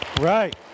Right